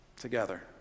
together